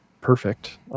perfect